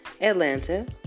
Atlanta